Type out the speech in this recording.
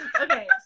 okay